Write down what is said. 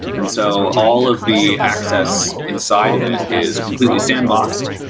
and so all of the access inside of it is completely sandboxed,